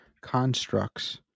constructs